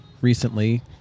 recently